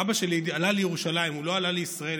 אבא שלי עלה לירושלים, הוא לא עלה לישראל.